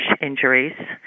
injuries